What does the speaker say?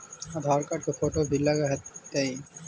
आधार card के photo भी लग तै?